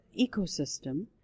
ecosystem